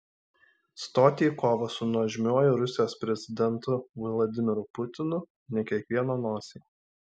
stoti į kovą su nuožmiuoju rusijos prezidentu vladimiru putinu ne kiekvieno nosiai